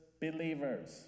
believers